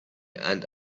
and